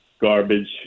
garbage